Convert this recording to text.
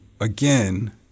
again